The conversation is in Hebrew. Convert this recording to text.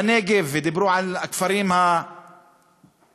בנגב, ודיברו על הכפרים הבלתי-מוכרים,